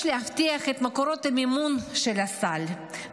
יש להבטיח את מקורות המימון של הסל,